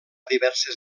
diverses